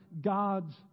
God's